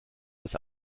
dass